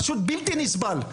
פשוט בלתי נסבל.